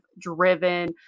driven